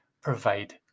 provide